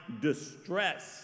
distress